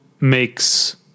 makes